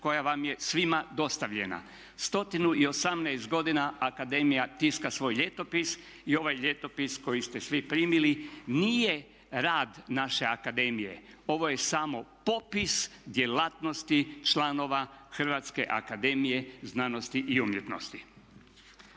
koja vam je svima dostavljena. 118 godina akademija tiska svoj ljetopis i ovaj ljetopis koji ste svi primili nije rad naše akademije, ovo je samo popis djelatnosti članova Hrvatske akademije znanosti i umjetnosti.